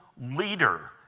leader